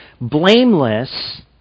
blameless